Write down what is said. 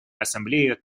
ассамблею